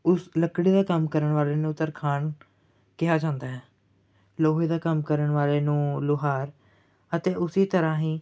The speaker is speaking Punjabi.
ਉਸ ਲੱਕੜੀ ਦਾ ਕੰਮ ਕਰਨ ਵਾਲੇ ਨੂੰ ਤਰਖਾਣ ਕਿਹਾ ਜਾਂਦਾ ਹੈ ਲੋਹੇ ਦਾ ਕੰਮ ਕਰਨ ਵਾਲੇ ਨੂੰ ਲੁਹਾਰ ਅਤੇ ਉਸੀ ਤਰ੍ਹਾਂ ਹੀ